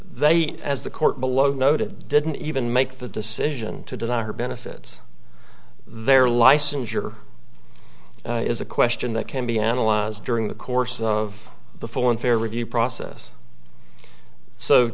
they as the court below noted didn't even make the decision to deny her benefits their licensure is a question that can be analyzed during the course of the full and fair review process so